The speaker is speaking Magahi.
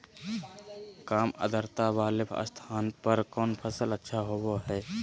काम आद्रता वाले स्थान पर कौन फसल अच्छा होबो हाई?